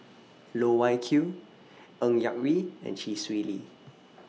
Loh Wai Kiew Ng Yak Whee and Chee Swee Lee